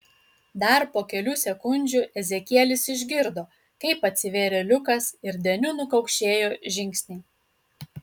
dar po kelių sekundžių ezekielis išgirdo kaip atsivėrė liukas ir deniu nukaukšėjo žingsniai